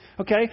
Okay